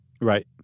Right